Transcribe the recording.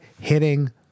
hitting